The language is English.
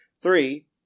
Three